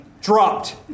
dropped